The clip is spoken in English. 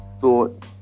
thought